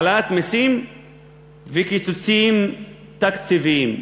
העלאת מסים וקיצוצים תקציביים.